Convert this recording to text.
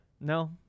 No